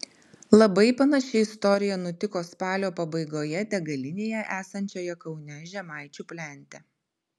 labai panaši istorija nutiko spalio pabaigoje degalinėje esančioje kaune žemaičių plente